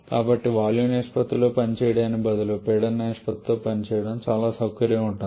కాబట్టి వాల్యూమ్ నిష్పత్తిలో పనిచేయడానికి బదులుగా పీడన నిష్పత్తితో పనిచేయడం చాలా సౌకర్యంగా ఉంటుంది